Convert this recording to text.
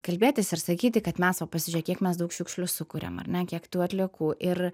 kalbėtis ir sakyti kad mes va pasižiūrėk kiek mes daug šiukšlių sukuriam ar ne kiek tų atliekų ir